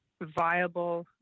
viable